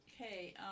Okay